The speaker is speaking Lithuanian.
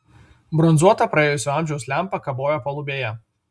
bronzuota praėjusio amžiaus lempa kabojo palubėje